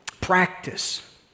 practice